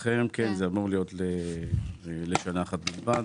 ואז בעוד שנה הם לא צריכים להגיע לפה.